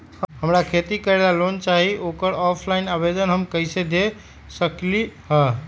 हमरा खेती करेला लोन चाहि ओकर ऑफलाइन आवेदन हम कईसे दे सकलि ह?